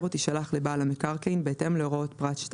או תישלח לבעל המקרקעין בהתאם להוראות פרט (2)